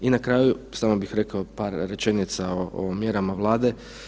I na kraju samo bih rekao par rečenica o mjerama Vlade.